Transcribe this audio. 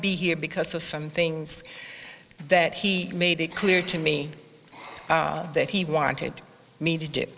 be here because of some things that he made it clear to me that he wanted me to do